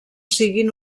siguin